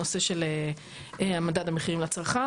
הנושא של מדד המחירים לצרכן,